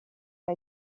hij